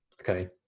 okay